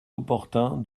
opportun